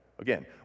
Again